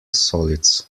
solids